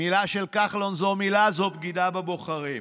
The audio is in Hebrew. "מילה של כחלון זו מילה" זו בגידה בבוחרים,